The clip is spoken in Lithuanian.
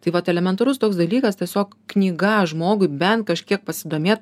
tai vat elementarus toks dalykas tiesiog knyga žmogui bent kažkiek pasidomėt